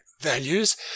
values